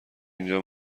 اینجا